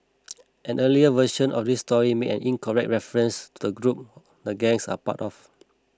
an earlier version of this story made an incorrect reference to the group the gangs are part of